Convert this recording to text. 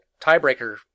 tiebreaker